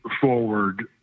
forward